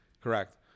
Correct